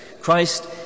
Christ